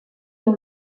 dans